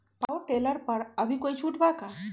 Power tiller पर अभी कोई छुट बा का?